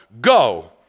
Go